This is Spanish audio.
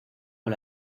con